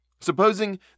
Supposing